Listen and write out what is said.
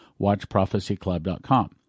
WatchProphecyClub.com